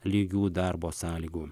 lygių darbo sąlygų